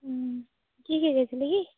ହୁଁ କିଏ କିଏ ଯାଇଥିଲେ କି